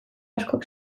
askok